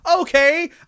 okay